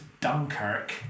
Dunkirk